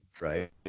right